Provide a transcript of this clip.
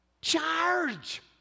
Charge